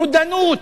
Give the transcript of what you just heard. רודנות,